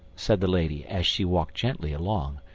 said the lady, as she walked gently along,